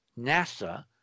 NASA